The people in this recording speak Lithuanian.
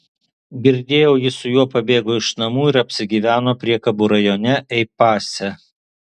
girdėjau ji su juo pabėgo iš namų ir apsigyveno priekabų rajone ei pase